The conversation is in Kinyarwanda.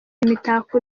imitako